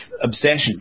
obsession